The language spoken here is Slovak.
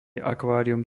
akvárium